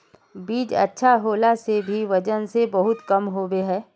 बीज अच्छा होला से भी वजन में बहुत कम होबे है?